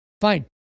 fine